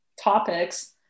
topics